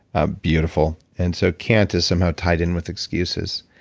ah beautiful. and so can't is somehow tied in with excuses.